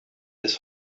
this